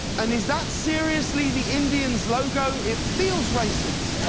and is that seriously the indian's logo. it feels racist.